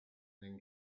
then